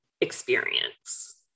experience